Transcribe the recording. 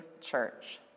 church